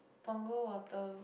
Punggol water